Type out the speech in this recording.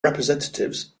representatives